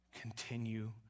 Continue